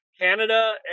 Canada